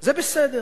זה בסדר,